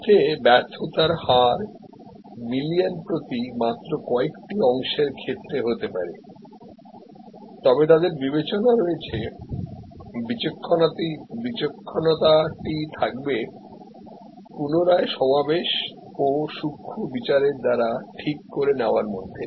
এতে ব্যর্থতার হার মিলিয়ন প্রতি মাত্র কয়েকটি অংশের ক্ষেত্রে হতে পারে তবে তাদের বিবেচনা রয়েছে বিচক্ষণতাটি থাকবে পুনরায় সমাবেশ ও সূক্ষ্ম বিচারের দ্বারা ঠিক করে নেওয়ার মধ্যে